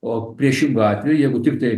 o priešingu atveju jeigu tiktai